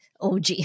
OG